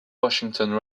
washington